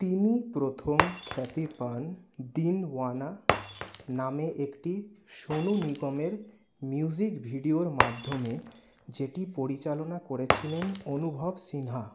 তিনি প্রথম খ্যাতি পান দিনওয়ানা নামে একটি সোনু নিগমের মিউজিক ভিডিওর মাধ্যমে যেটি পরিচালনা করেছিলেন অনুভব সিনহা